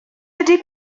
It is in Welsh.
ydy